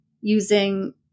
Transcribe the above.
using